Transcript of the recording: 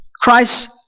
Christ